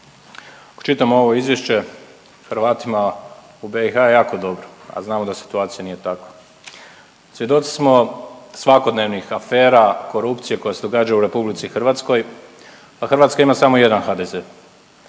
dok čitam ovo izvješće Hrvatima u BiH je jako dobro, a znamo da situacija nije takva. Svjedoci smo svakodnevnih afera korupcije koja se događa u RH, a Hrvatska ima samo jedan HDZ,